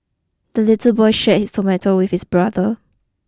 the little boy shared his tomato with his brother